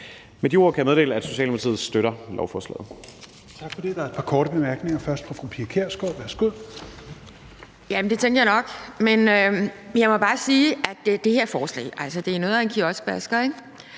Med de ord kan jeg meddele, at Socialdemokratiet støtter lovforslaget.